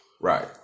Right